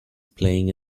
playing